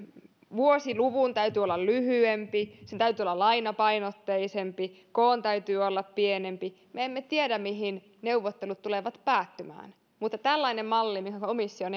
voimassaolon täytyy olla lyhyempi sen täytyy olla lainapainotteisempi koon täytyy olla pienempi me emme tiedä mihin neuvottelut tulevat päättymään mutta tällainen malli mitä komissio on